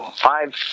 five